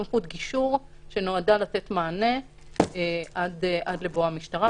סמכות גישור שנועדה לתת מענה עד לבוא המשטרה,